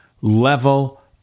level